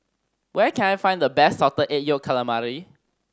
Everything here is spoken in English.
where can I find the best Salted Egg Yolk Calamari